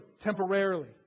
temporarily